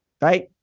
Right